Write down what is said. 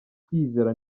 kwiyizera